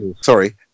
Sorry